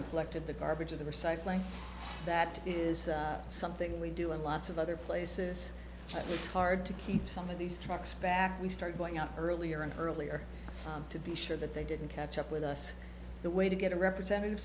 collected the garbage of the recycling that is something we do in lots of other places it's hard to keep some of these trucks back we started going out earlier and earlier to be sure that they didn't catch up with us the way to get a representative